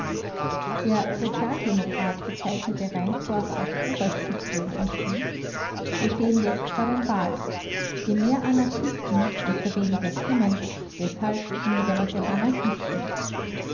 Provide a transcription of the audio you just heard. der sozialdemokrat bezeichnete reinsdorf als oberspitzel und schrieb wir stehen jetzt vor den wahlen je mehr anarchisten desto weniger stimmen deshalb nieder mit den anarchisten